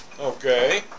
Okay